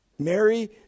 Mary